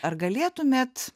ar galėtumėt